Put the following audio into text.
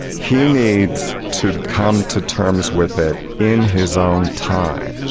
he needs to come to terms with it in his own time.